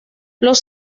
los